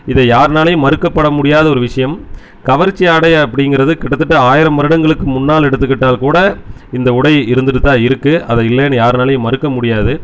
இதை யாருனாலையும் மறுக்கப்பட முடியாத ஒரு விஷயம் கவர்ச்சி ஆடை அப்டிங்கிறது கிட்டத்தட்ட ஆயிரம் வருடங்களுக்கு முன்னால் எடுத்துக்கிட்டால் கூட இந்த உடை இருந்துகிட்டு தான் இருக்கு அது இல்லேன்னு யாருனாலையும் மறுக்க முடியாது